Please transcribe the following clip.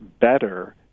better